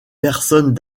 personnes